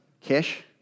Kish